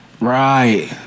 Right